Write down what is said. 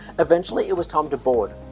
eventually it was time to board.